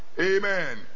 amen